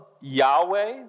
Yahweh